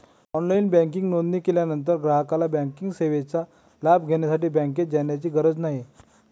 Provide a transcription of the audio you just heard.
online banking नोंदणी केल्यानंतर ग्राहकाला बँकिंग सेवेचा लाभ घेण्यासाठी बँकेत जाण्याची गरज नाही